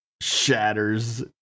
shatters